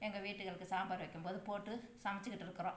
எங்கள் வீட்டுகளுக்கு சாம்பார் வைக்கும் போது போட்டு சமைச்சிக்கிட்டு இருக்கிறோம்